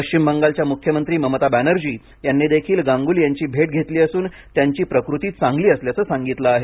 पश्चिम बंगालच्या मुख्यमंत्री ममता बॅनर्जी यांनी देखील गांगुली यांची भेट घेतली असून त्यांची प्रकृती चांगली असल्याचं सांगितलं आहे